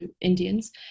Indians